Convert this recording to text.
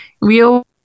Real